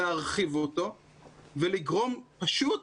להרחיב אותו ולגרום פשוט